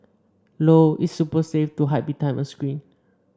low its super safe to hide behind a screen